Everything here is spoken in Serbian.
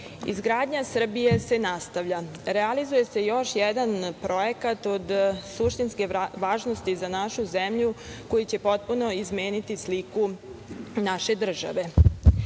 Izgradnja Srbija se nastavlja. Realizuje se još jedan projekat od suštinske važnosti za našu zemlju koji će potpuno izmeniti sliku naše države.